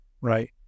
right